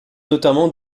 notamment